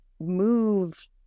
move